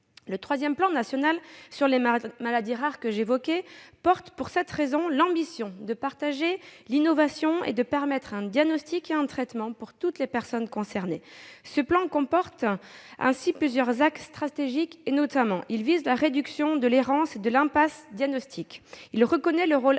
Le troisième plan national sur les maladies rares, que j'ai évoqué, porte pour cette raison l'ambition de partager l'innovation et de permettre un diagnostic et un traitement à destination de toutes les personnes concernées. Ce plan comporte ainsi plusieurs axes stratégiques. Il vise la réduction de l'errance et de l'impasse diagnostiques. Il reconnaît le rôle